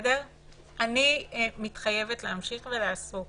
אני מתחייבת להמשיך ולעסוק